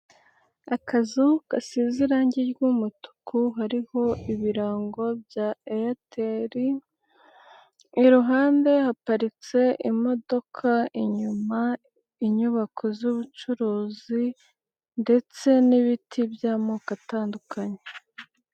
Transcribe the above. Akazu gasize irangi ry'umutuku, hari ibirango bya Airtel, iruhande haparitse imodoka, inyuma inyubako z'ubucuruzi ndetse n'ibiti by'amoko atandukanye.